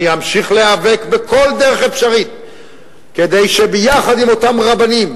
אני אמשיך להיאבק בכל דרך אפשרית כדי שביחד עם אותם רבנים,